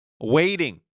waiting